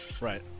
right